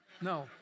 No